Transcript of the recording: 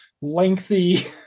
lengthy